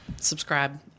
subscribe